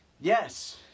Yes